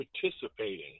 participating